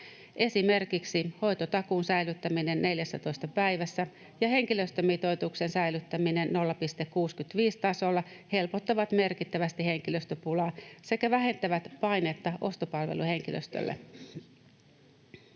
Esimerkiksi hoitotakuun säilyttäminen 14 päivässä ja henkilöstömitoituksen säilyttäminen 0,65:n tasolla helpottavat merkittävästi henkilöstöpulaa sekä vähentävät painetta ostopalveluhenkilöstölle.